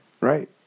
Right